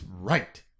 right